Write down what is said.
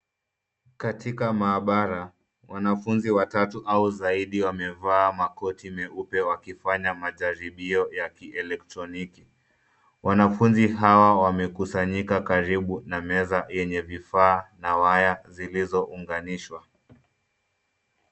Katika maabara ,wanafunzi watatu au zaidi wamevaa makoti meupe wakifanya majaribio ya kielektroniki. Wanafunzi hawa wamekusanyika karibu na meza yenye vifaa na waya zilizounganishwa.